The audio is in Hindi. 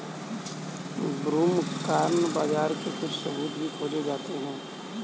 ब्रूमकॉर्न बाजरा के कुछ सबूत भी खोजे गए थे